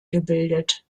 gebildet